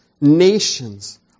nations